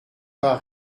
pas